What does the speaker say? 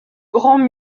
grands